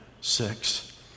six